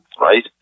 Right